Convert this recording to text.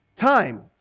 Time